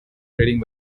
rating